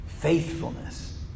Faithfulness